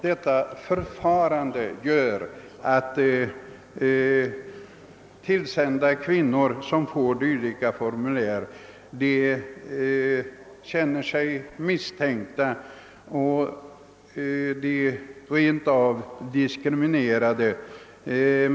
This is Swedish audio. De kvinnor som får formuläret som författas av försäkringskassan känner sig misstänkta och rent av diskriminerade.